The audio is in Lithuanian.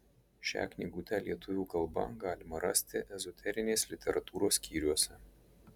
šią knygutę lietuvių kalba galima rasti ezoterinės literatūros skyriuose